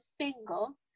single